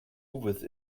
with